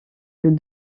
que